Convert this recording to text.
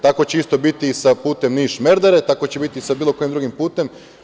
Tako će isto biti i sa putem Niš-Merdare, tako će biti i sa bilo kojim drugim putem.